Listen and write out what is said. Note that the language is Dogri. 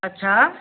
अच्छा